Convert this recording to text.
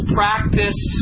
practice